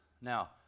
Now